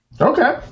Okay